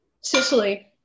Sicily